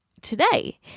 today